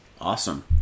Awesome